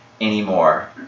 anymore